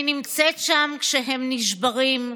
אני נמצאת שם כשהם נשברים,